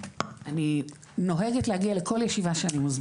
אני נוהגת להגיע לכל ישיבה שאני מוזמנת אליה.